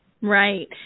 Right